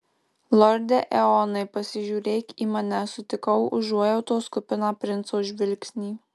lorde eonai pasižiūrėk į mane sutikau užuojautos kupiną princo žvilgsnį